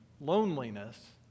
loneliness